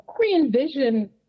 re-envision